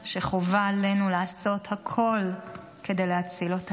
שחובה עלינו לעשות הכול כדי להציל אותם.